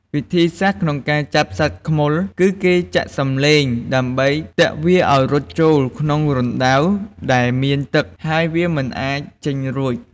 វិធីសាស្ត្រក្នុងការចាប់សត្វខ្មុល គឺគេចាក់សម្លេងដើម្បីទាក់វាឱ្យរត់ចូលក្នុងរណ្ដៅដែលមានទឹក ហើយវាមិនអាចចេញរួច។